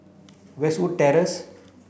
Westwood Terrace